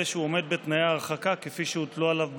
שהוא עומד בתנאי ההרחקה כפי שהוטלו עליו בצו.